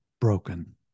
broken